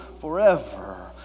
forever